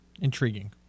Intriguing